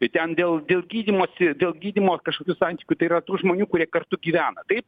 ir ten dėl dėl gydymosi dėl gydymo kažkokių santykių tai yra tų žmonių kurie kartu gyvena taip